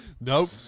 Nope